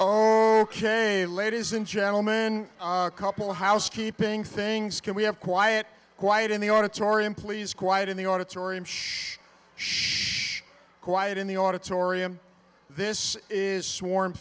oh ok ladies and gentlemen a couple housekeeping things can we have quiet quiet in the auditorium please quiet in the auditorium she should quiet in the auditorium this is swarm